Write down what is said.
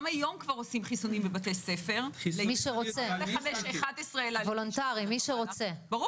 גם היום עושים חיסונים בבתי ספר, למי שרוצה.